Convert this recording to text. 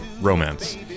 Romance